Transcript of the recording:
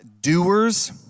doers